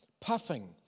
puffing